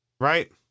right